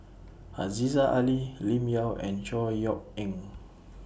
Aziza Ali Lim Yau and Chor Yeok Eng